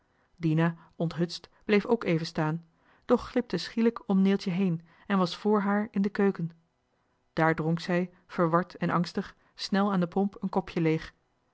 dina onthutst bleef ook even staan doch glipte schielijk om neeltje heen en was vr haar in de keuken daar dronk zij verward en angstig snel aan de pomp uit een kopje toen